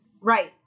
Right